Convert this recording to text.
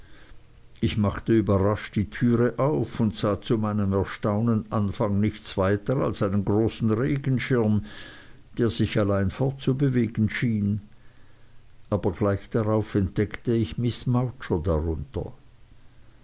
ich machte überrascht die türe auf und sah zu meinem erstaunen anfangs weiter nichts als einen großen regenschirm der sich allein fortzubewegen schien aber gleich darauf entdeckte ich miß mowcher dar